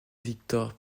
victor